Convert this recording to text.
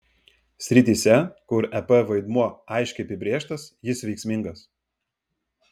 srityse kur ep vaidmuo aiškiai apibrėžtas jis veiksmingas